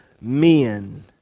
men